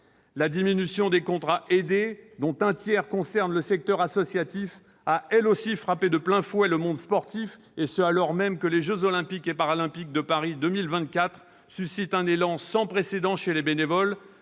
La diminution des contrats aidés, dont un tiers concerne le secteur associatif, a elle aussi frappé de plein fouet le monde sportif, et ce alors même que les jeux Olympiques et Paralympiques de Paris 2024 suscitent un élan sans précédent chez les bénévoles